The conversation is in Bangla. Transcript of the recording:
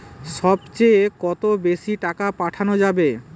সব চেয়ে কত বেশি টাকা পাঠানো যাবে?